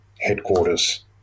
headquarters